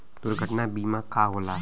दुर्घटना बीमा का होला?